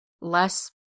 less